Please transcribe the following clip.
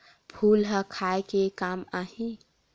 फूल ह खाये के काम आही?